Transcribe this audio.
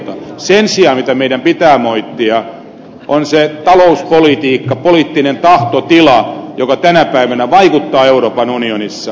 sen sijaan se mitä meidän pitää moittia on se talouspolitiikka poliittinen tahtotila joka tänä päivänä vaikuttaa euroopan unionissa